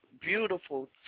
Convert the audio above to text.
beautiful